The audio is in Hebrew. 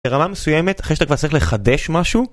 לרמה מסוימת אחרי שאתה כבר צריך לחדש משהו